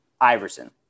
Iverson